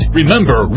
remember